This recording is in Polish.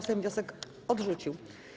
Sejm wniosek odrzucił.